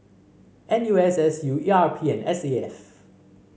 N U S S U E R P and S A F